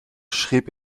schrieb